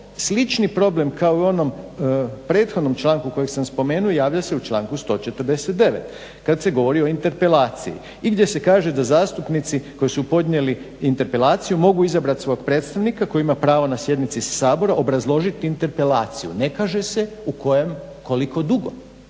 slični problem kao i u onom prethodnom članku kojeg sam spomenuo javlja se u članku 149. kad se govori o interpelaciji i gdje se kaže da zastupnici koji su podnijeli interpelaciju mogu izabrat svog predstavnika koji ima pravo na sjednici Sabora obrazložit interpelaciju. Ne kaže se koliko dugo